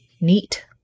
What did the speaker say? neat